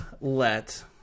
let